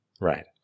Right